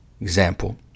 Example